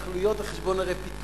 ההתנחלויות על חשבון ערי פיתוח,